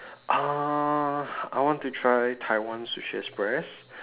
uh I want to try Taiwan sushi express